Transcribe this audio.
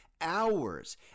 hours